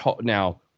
now